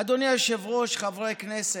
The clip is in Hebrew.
אדוני היושב-ראש, חברי הכנסת,